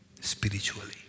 spiritually